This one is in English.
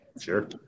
sure